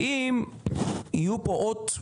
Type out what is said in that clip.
ואם יהיו פה עוד,